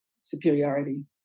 superiority